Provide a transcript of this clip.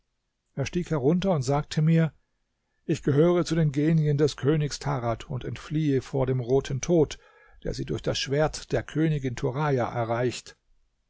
er stieg herunter und sagte mir ich gehöre zu den genien des königs tarad und entfliehe vor dem roten tod der sie durch das schwert der königin turaja erreicht